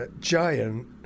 giant